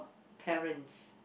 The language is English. parents